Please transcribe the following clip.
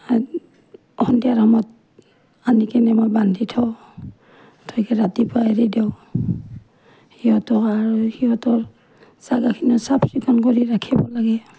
সন্ধিয়াৰ সময়ত আনি কিনে মই বান্ধি থওঁ থৈ কিনে ৰাতিপুৱা এৰি দিওঁ সিহঁতৰ আৰু সিহঁতৰ জাগাখিনি চাফ চিকুণ কৰি ৰাখিব লাগে